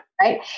Right